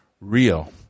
real